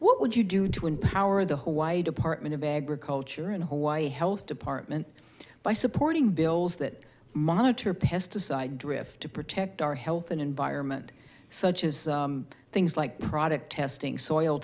what would you do to empower the hawaii department of agriculture in hawaii health department by supporting bills that monitor pesticide drift to protect our health and environment such as things like product testing soil